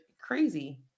crazy